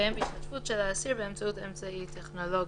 יתקיים בהשתתפות של האסיר באמצעות אמצעי טכנולוגי.